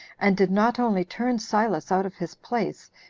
and did not only turn silas out of his place,